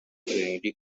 trinity